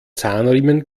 zahnriemen